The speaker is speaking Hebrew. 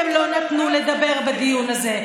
הם לא נתנו לדבר בדיון הזה,